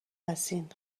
هستین